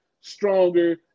stronger